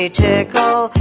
tickle